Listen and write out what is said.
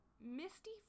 Misty